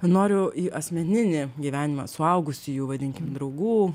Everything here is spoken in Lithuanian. noriu į asmeninį gyvenimą suaugusiųjų vadinkim draugų